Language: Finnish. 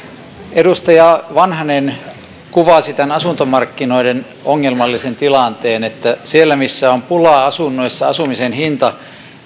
edustaja vanhanen kuvasi tämän asuntomarkkinoiden ongelmallisen tilanteen siellä missä on pulaa asunnoista asumisen hinta